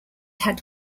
had